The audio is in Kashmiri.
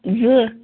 زٕ